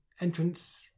entrance